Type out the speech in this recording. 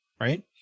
right